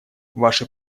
ваши